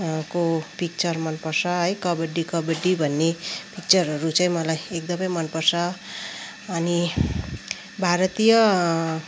को पिक्चर मनपर्छ है कबड्डी कबड्डी भन्ने पिक्चरहरू चाहिँ मलाई एकदमै मनपर्छ अनि भारतीय